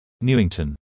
Newington